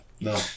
no